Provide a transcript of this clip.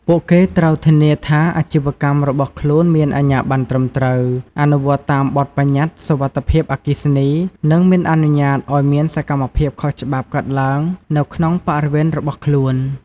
ពួកគេត្រូវធានាថាអាជីវកម្មរបស់ខ្លួនមានអាជ្ញាប័ណ្ណត្រឹមត្រូវ អនុវត្តតាមបទប្បញ្ញត្តិសុវត្ថិភាពអគ្គិភ័យ និងមិនអនុញ្ញាតឲ្យមានសកម្មភាពខុសច្បាប់កើតឡើងនៅក្នុងបរិវេណរបស់ខ្លួន។